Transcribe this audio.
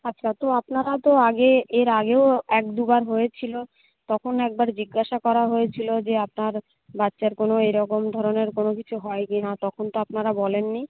আচ্ছা তো আপনারা তো আগে এর আগেও এক দুবার হয়েছিল তখন একবার জিজ্ঞাসা করা হয়েছিল যে আপনার বাচ্চার কোনো এরকম ধরনের কোনো কিছু হয় কি না তখন তো আপনারা বলেননি